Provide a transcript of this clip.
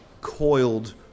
coiled